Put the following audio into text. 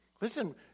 Listen